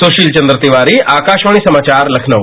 सुशील चन्द्र तिवारी आकाशवाणी समाचार लखनऊ